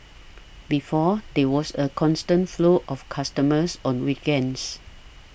before there was a constant flow of customers on weekends